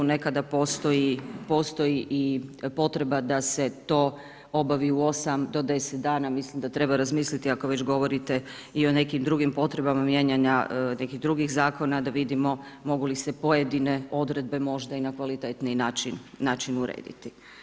Nekada postoji i potreba da se to obavi u 8-10 dana, mislim da treba razmisliti ako već govorite i o nekim drugim potrebama mijenjanja nekih drugih zakona, da vidimo mogu li se pojedine odredbe možda i na kvalitetniji način urediti.